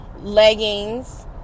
Leggings